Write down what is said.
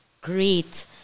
Great